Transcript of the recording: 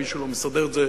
אם מישהו לא מסדר את זה,